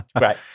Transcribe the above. Right